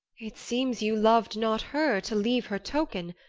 it seems you lov'd not her, to leave her token.